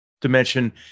dimension